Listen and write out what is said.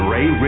Ray